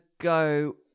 go